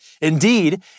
Indeed